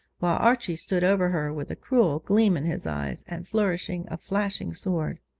while archie stood over her with a cruel gleam in his eyes, and flourished a flashing sword.